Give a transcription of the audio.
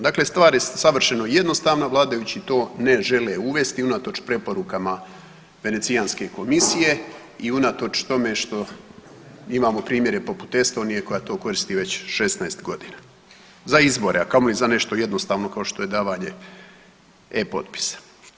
Dakle, stvar je savršeno jednostavna, vladajući to ne žele uvesti unatoč preporukama Venecijanske komisije i unatoč tome što imamo primjere poput Estonije koja to koristi već 16 godina, za izbore a kamoli za nešto jednostavno kao što je davanje e-potpisa.